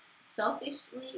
selfishly